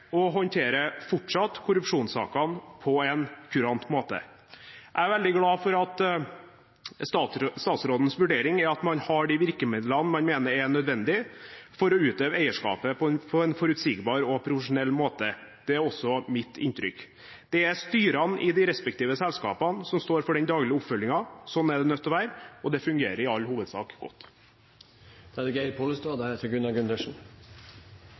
og håndterer fortsatt – korrupsjonssakene på en kurant måte. Jeg er veldig glad for at statsrådens vurdering er at man har de virkemidlene man mener er nødvendig for å utøve eierskapet på en forutsigbar og profesjonell måte. Det er også mitt inntrykk. Det er styrene i de respektive selskapene som står for den daglige oppfølgingen. Slik er det nødt til å være, og det fungerer i all hovedsak godt. Statlig eierskap er